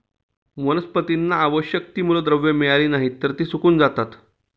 वनस्पतींना आवश्यक ती मूलद्रव्ये मिळाली नाहीत, तर ती सुकून जातात